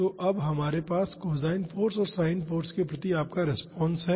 तो अब हमारे पास कोसाइन फोर्स और साइन फाॅर्स के प्रति आपका रिस्पांस है